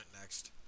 next